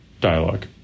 dialogue